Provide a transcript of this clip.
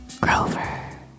Grover